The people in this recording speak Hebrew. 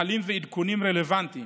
נהלים ועדכונים רלוונטיים